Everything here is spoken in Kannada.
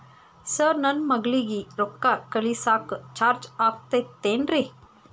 ಸರ್ ನನ್ನ ಮಗಳಗಿ ರೊಕ್ಕ ಕಳಿಸಾಕ್ ಚಾರ್ಜ್ ಆಗತೈತೇನ್ರಿ?